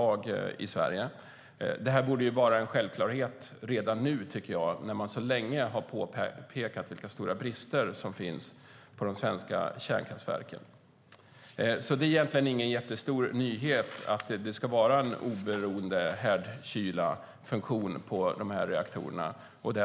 Att dessa ska finnas borde vara en självklarhet med tanke på att det under lång tid har påpekats vilka stora brister de svenska kärnkraftverken har. Att det ska finnas en oberoende härdkylningsfunktion i reaktorerna är ingen stor nyhet.